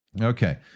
Okay